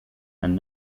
and